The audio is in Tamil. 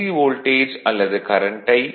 வோல்டேஜ் அல்லது கரண்ட்டை டி